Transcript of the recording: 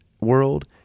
world